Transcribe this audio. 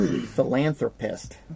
Philanthropist